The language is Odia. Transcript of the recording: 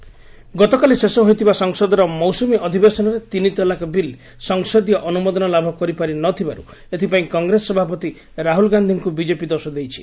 ଟ୍ରିପିଲ୍ ତଲାକ ବିଜେପି ଗତାକଲି ଶେଷ ହୋଇଥିବା ସଂସଦର ମୌସୁମୀ ଅଧିବେଶନରେ ତିନି ତଲାକ ବିଲ୍ ସଂସଦୀୟ ଅନୁମୋଦନ ଲାଭ କରିପାରି ନଥିବାରୁ ଏଥିପାଇଁ କଂଗ୍ରେସ ସଭାପତି ରାହୁଳ ଗାନ୍ଧୀଙ୍କୁ ବିଜେପି ଦୋଷ ଦେଇଛି